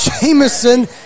jameson